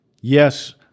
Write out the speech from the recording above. Yes